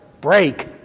break